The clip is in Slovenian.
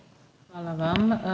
Hvala vam.